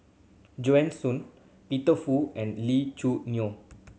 Joanne Soo Peter Fu and Lee Choo Neo